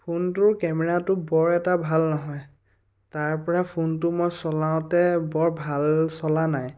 ফোনটোৰ কেমেৰাটো বৰ এটা ভাল নহয় তাৰপৰা ফোনটো মই চলাওঁতে বৰ ভাল চলা নাই